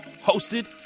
hosted